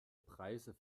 preise